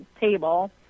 table